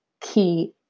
key